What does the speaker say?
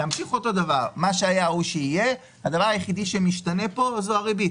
הדבר היחידי שמשתנה פה זו הריבית